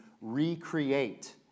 recreate